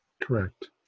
Correct